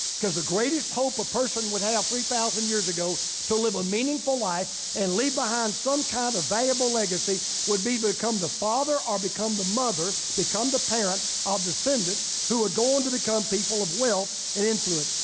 cause the greatest hope a person would have three thousand years ago to live a meaningful life and leave behind some kind of viable legacy would be become the father or become the mother, become the parent of descendants who would go on to become people of wealth and influence.